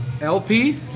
LP